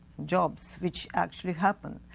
jobs which actually happened.